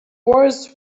worse